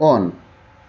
on